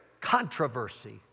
controversy